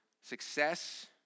success